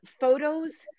photos